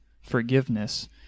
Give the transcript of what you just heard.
forgiveness